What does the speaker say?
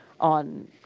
on